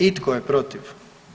I tko je protiv?